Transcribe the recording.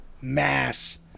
mass